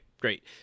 great